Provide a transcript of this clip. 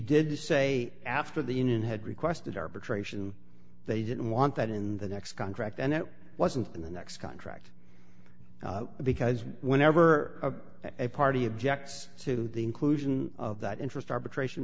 did say after the union had requested arbitration they didn't want that in the next contract and it wasn't in the next contract because whenever a party objects to the inclusion of that interest arbitration